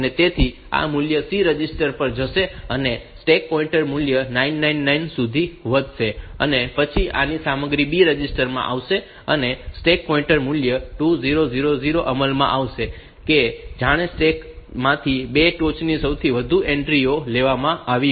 તેથી આ મૂલ્ય C રજિસ્ટર પર જશે અને સ્ટેક પોઈન્ટર મૂલ્ય 999 સુધી વધશે અને પછી આની સામગ્રી B રજિસ્ટર માં આવશે અને સ્ટેક પોઈન્ટર મૂલ્ય 2000 અમલમાં આવશે કે જાણે સ્ટેક માંથી 2 ટોચની સૌથી વધુ એન્ટ્રીઓ લેવામાં આવી હોય